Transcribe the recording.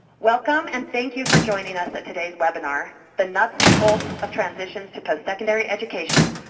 welcome and thank you for joining us at today's webinar, the nuts and bolts of transitions to postsecondary education,